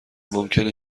ممکنه